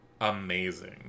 amazing